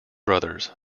brothers